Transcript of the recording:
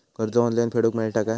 कर्ज ऑनलाइन फेडूक मेलता काय?